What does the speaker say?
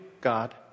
God